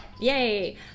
Yay